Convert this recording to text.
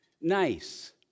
nice